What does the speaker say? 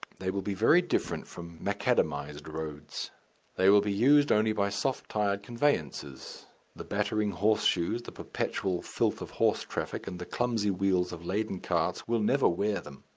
they will be very different from macadamized roads they will be used only by soft-tired conveyances the battering horseshoes, the perpetual filth of horse traffic, and the clumsy wheels of laden carts will never wear them.